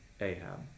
Ahab